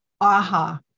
AHA